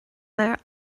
léir